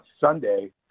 Sunday